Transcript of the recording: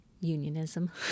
unionism